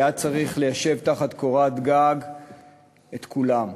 והיה צריך ליישב תחת קורת גג את כולם.